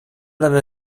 deine